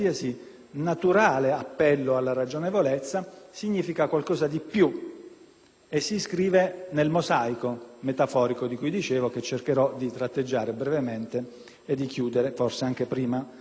e si iscrive nel mosaico metaforico di cui parlavo e che cercherò di tratteggiare brevemente e terminando forse anche prima dell'esaurimento del tempo che mi è assegnato. Un'altra norma,